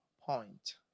point